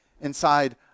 inside